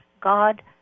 god